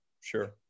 sure